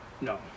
No